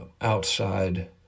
outside